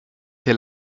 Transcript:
che